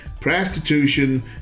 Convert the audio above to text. prostitution